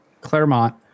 Claremont